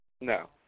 No